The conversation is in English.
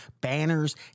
banners